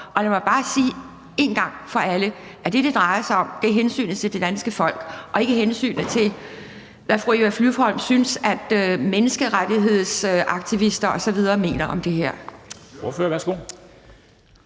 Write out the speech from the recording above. Og lad mig bare sige en gang for alle, at det, det drejer sig om, er hensynet til det danske folk – og ikke hensynet til, hvad fru Eva Flyvholm synes, og hvad menneskerettighedsaktivister osv. mener om det her.